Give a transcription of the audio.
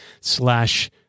slash